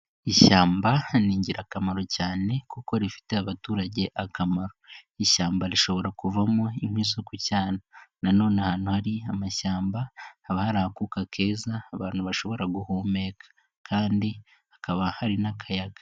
Ishyamba ni ingirakamaro cyane kuko rifitiye abaturage akamaro. Ishyamba rishobora kuvamo inkwi zo gucana , nanone ahantu hari amashyamba haba hari akuka keza abantu bashobora guhumeka, kandi hakaba hari n'akayaga.